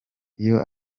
iyo